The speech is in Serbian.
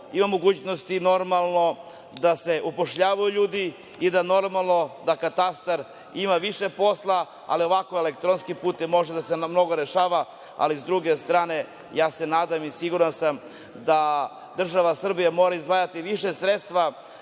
ima mogućnosti normalno da se upošljavaju ljudi i da katastar ima više posla, ali ovako elektronskim putem može mnogo da se reši, ali sa druge strane, ja se nadam i siguran sam da država Srbija mora izdvajati više sredstava